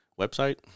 website